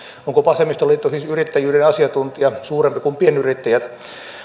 onko vasemmistoliitto siis yrittäjyyden asiantuntija suurempi kuin pienyrittäjät